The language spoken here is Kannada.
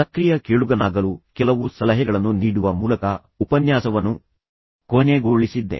ಸಕ್ರಿಯ ಕೇಳುಗನಾಗಲು ನಿಮಗೆ ಕೆಲವು ಸಲಹೆಗಳನ್ನು ನೀಡುವ ಮೂಲಕ ನಾನು ಉಪನ್ಯಾಸವನ್ನು ಕೊನೆಗೊಳಿಸಿದ್ದೆ